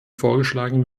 vorgeschlagen